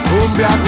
Cumbia